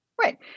Right